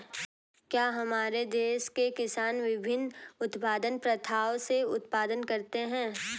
क्या हमारे देश के किसान विभिन्न उत्पादन प्रथाओ से उत्पादन करते हैं?